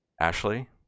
Ashley